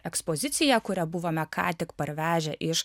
ekspoziciją kurią buvome ką tik parvežę iš